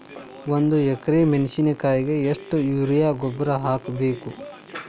ಒಂದು ಎಕ್ರೆ ಮೆಣಸಿನಕಾಯಿಗೆ ಎಷ್ಟು ಯೂರಿಯಾ ಗೊಬ್ಬರ ಹಾಕ್ಬೇಕು?